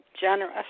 generous